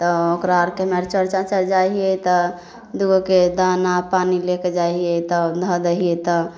तऽ ओकरा आरके हमे चऽर चाँचर जाइ हिये तऽ दूगोके दाना पानि लएके जाइ हिये तऽ धऽ दैयै तऽ